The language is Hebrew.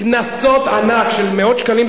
קנסות ענק של מאות שקלים,